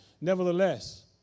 Nevertheless